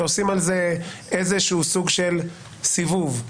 סוג של סיבוב.